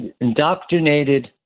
indoctrinated